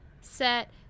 set